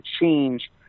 change